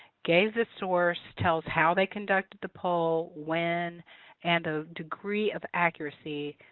gave the source, tells how they conducted the poll, when and the degree of accuracy